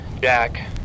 jack